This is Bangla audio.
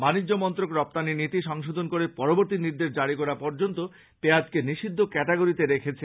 বাণিজ্য মন্ত্রণালয় রপ্তানি নীতি সংশোধন করে পরবর্তী নির্দেশ জারী করা পর্যন্ত পেঁয়াজকে নিষিদ্ধ ক্যাটাগরিতে রেখেছে